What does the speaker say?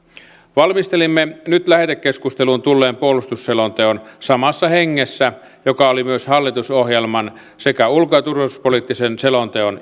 valmistelimme nyt lähetekeskusteluun tulleen puolustusselonteon samassa hengessä joka oli myös hallitusohjelman sekä ulko ja turvallisuuspoliittisen selonteon